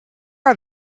are